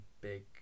big